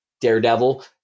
Daredevil